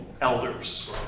Elders